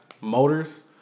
motors